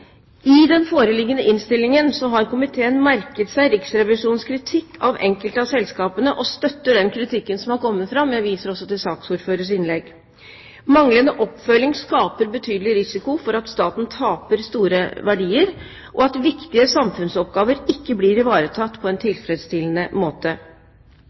I den foreliggende innstillingen har komiteen merket seg Riksrevisjonens kritikk av enkelte av selskapene og støtter den kritikken som har kommet fram. Jeg viser også til saksordførerens innlegg. Manglende oppfølging skaper betydelig risiko for at staten taper store verdier, og at viktige samfunnsoppgaver ikke blir ivaretatt på en tilfredsstillende måte.